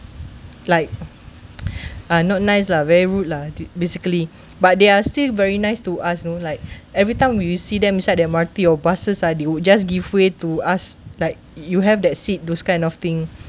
like uh not nice lah very rude lah th~ basically but they are still very nice to us you know like every time when you see them inside the M_R_T or buses ah they would just give way to us like you have that seat those kind of thing